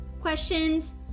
questions